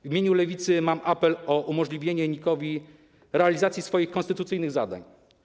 W imieniu Lewicy mam apel o umożliwienie NIK-owi realizacji swoich konstytucyjnych zadań.